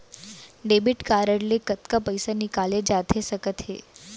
Debit card ले कतका पइसा निकाले जाथे सकत हे?